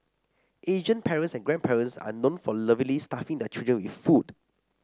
Asian parents and grandparents are known for lovingly stuffing their children with food